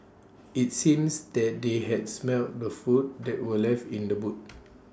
IT seems that they had smelt the food that were left in the boot